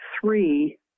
three